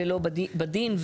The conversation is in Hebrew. ולא בדין.